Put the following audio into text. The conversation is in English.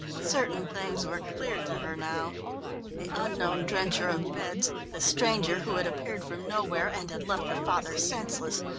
certain things were clear to her now the unknown drencher of beds, the stranger who had appeared from nowhere and had left her father senseless,